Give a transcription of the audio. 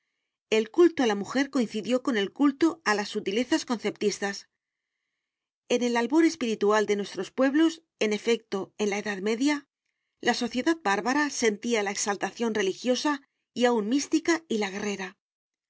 el culto a la mujer coincidió con el culto a las sutilezas conceptistas en el albor espiritual de nuestros pueblos en efecto en la edad media la sociedad bárbara sentía la exaltación religiosa y aun mística y la guerrerala